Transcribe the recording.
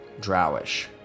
Drowish